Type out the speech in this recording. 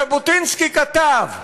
ז'בוטינסקי כתב: